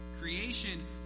Creation